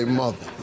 mother